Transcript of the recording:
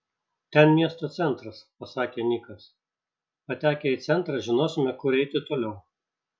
ten miesto centras pasakė nikas patekę į centrą žinosime kur eiti toliau